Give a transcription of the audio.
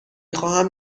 خواهم